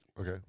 Okay